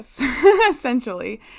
essentially